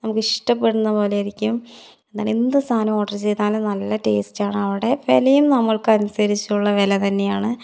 നമുക്ക് ഇഷ്ടപ്പെടുന്ന പോലെയിരിക്കും എന്താണ് എന്ത് സാധനം ഓർഡർ ചെയ്താലും നല്ല ടേസ്റ്റ് ആണ് അവിടെ വിലയും നമ്മൾക്ക് അനുസരിച്ചുള്ള വില തന്നെയാണ്